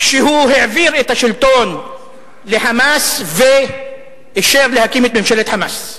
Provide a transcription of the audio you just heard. כשהוא העביר את השלטון ל"חמאס" ואישר להקים את ממשלת "חמאס",